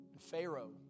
Pharaoh